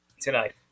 tonight